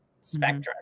spectrum